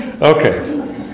Okay